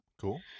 Cool